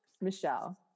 michelle